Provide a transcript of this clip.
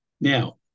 Now